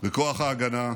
וכוח ההגנה,